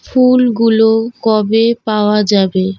ফুলগুলো কবে পাওয়া যাবে